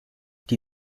die